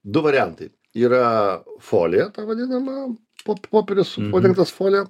du variantai yra folija vadinama po popierius padengtas folija